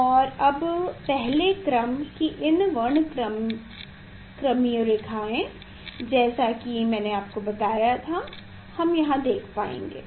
और अब पहले क्रम की इन वर्णक्रमीय रेखाएँ जैसा कि मैंने आपको बताया था हम यहाँ देख पाएंगे